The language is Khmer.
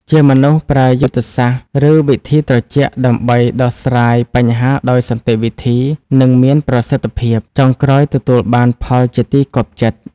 ជាមនុស្សប្រើយុទ្ធសាស្រ្តឬវិធីត្រជាក់ដើម្បីដោះស្រាយបញ្ហាដោយសន្តិវិធី និងមានប្រសិទ្ធភាព ចុងក្រោយទទួលបានផលជាទីគាប់ចិត្ត ។